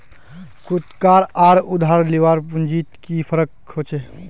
खुद कार आर उधार लियार पुंजित की फरक होचे?